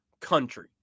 country